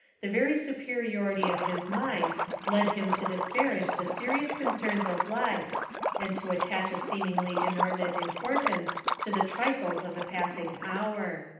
the very superiority of his mind led him to disparage the serious concerns of life and to attach a seemingly inordinate importance to the trifles of the passing hour.